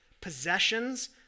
Possessions